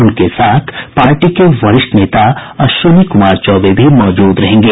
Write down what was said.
उनके साथ पार्टी के वरिष्ठ नेता अश्विनी कुमार चौबे भी मौजूद रहेंगे